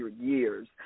years